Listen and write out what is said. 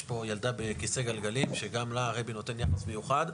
יש פה ילדה בכיסא גלגלים שגם לה הרבי נותן יחס מיוחד.